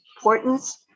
importance